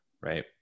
Right